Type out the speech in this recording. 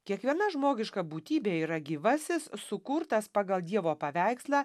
kiekviena žmogiška būtybė yra gyvasis sukurtas pagal dievo paveikslą